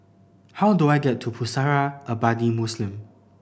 how do I get to Pusara Abadi Muslim